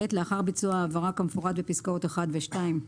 לאחר ביצוע העברה כמפורט בפסקאות (1) ו-(2)